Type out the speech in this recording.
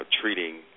treating